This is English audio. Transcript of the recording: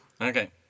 Okay